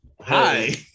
Hi